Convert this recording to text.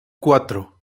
cuatro